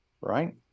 right